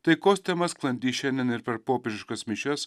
taikos tema sklandys šiandien ir per popiežiškas mišias